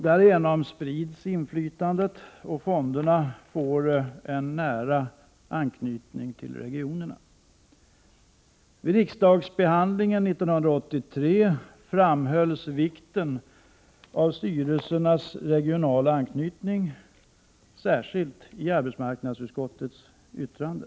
Därigenom sprids inflytandet, och fonderna får en nära anknytning till regionerna. Vid riksdagsbehandlingen 1983 framhölls vikten av styrelsernas regionala anknytning, särskilt i arbetsmarknadsutskottets yttrande.